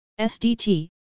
SDT